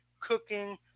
cooking